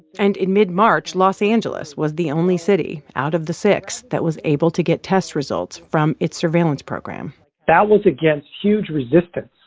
and in mid-march, los angeles was the only city out of the six that was able to get test results from its surveillance program that was against huge resistance.